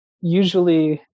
usually